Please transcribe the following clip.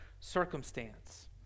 circumstance